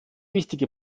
wichtige